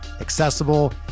accessible